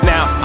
Now